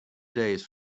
days